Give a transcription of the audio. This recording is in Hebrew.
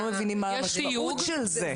הם לא מבינים מה המשמעות של זה,